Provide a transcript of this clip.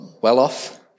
well-off